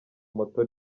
moto